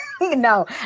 No